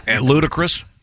ludicrous